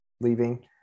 leaving